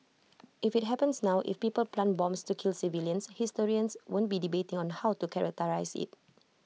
if IT happens now if people plant bombs to kill civilians historians won't be debating on how to characterise IT